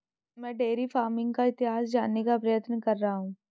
मैं dairy farming का इतिहास जानने का प्रयत्न कर रहा हूं